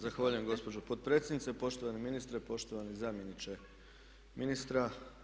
Zahvaljujem gospođo potpredsjednice, poštovani ministre, poštovani zamjeniče ministra.